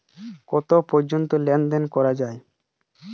কটা পর্যন্ত লেন দেন করা য়ায়?